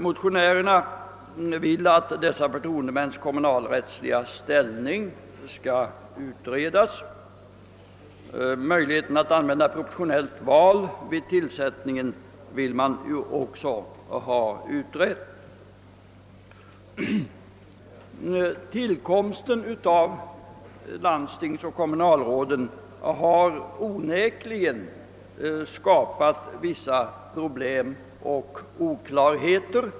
Motionärerna önskar att frågan om dessa förtroendemäns kommunalrättsliga ställning skall utredas. Möjligheten att tillämpa proportionellt valsätt vid tillsättningen vill man också ha utredd. munalråden har onekligen skapat vissa problem och oklarheter.